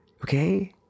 okay